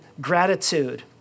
gratitude